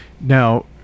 now